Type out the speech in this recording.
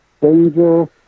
danger